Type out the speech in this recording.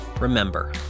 remember